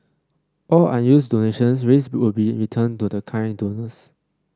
all unused donations raised will be returned to the kind donors